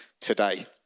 today